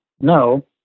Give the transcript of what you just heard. no